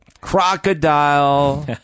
crocodile